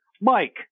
Mike